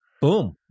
Boom